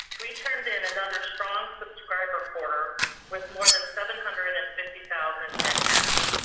we turned in another strong subscriber quarter with more than seven hundred and fifty thousand net ads.